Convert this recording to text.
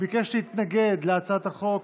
ביקש להתנגד להצעת החוק,